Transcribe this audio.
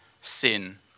sin